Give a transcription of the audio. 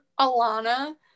alana